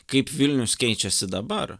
kaip vilnius keičiasi dabar